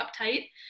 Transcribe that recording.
uptight